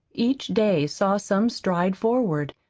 each day saw some stride forward,